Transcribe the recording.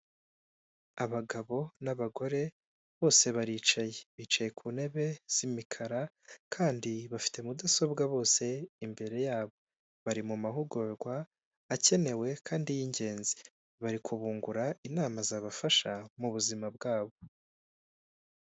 Abagabo n'abagore bose baricaye. Bicaye ku ntebe z'imikara kandi bafite mudasobwa bose imbere yabo. Bari mu mahugurwa akenewe kandi y'ingenzi. Bari kubungura inama zabafasha mu buzima bwabo.